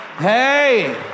Hey